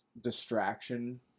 distraction